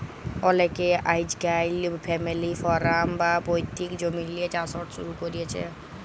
অলেকে আইজকাইল family farm বা পৈত্তিক জমিল্লে চাষট শুরু ক্যরছে